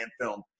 film